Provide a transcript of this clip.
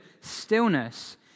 stillness